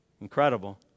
Incredible